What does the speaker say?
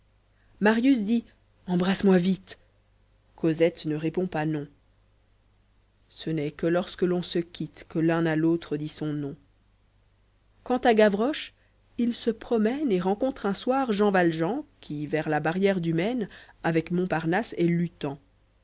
marius dit embrasse-moi vite cosette ne répond pas non ce n'est que lorsqu'on se quitte que l'un à l'autre dit son nom quant à gavroche il se promène et rencontre un soir jean valjean qui vers la barrière du maine avec montparnasse est luttant